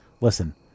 listen